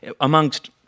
amongst